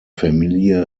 familie